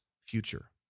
future